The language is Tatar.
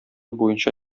буенча